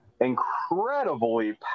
Incredibly